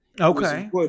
okay